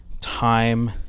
time